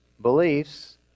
beliefs